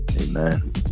Amen